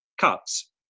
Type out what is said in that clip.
cuts